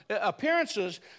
appearances